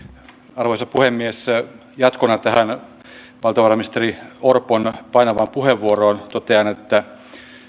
arvoisa puhemies jatkona tähän valtiovarainministeri orpon painavaan puheenvuoroon totean että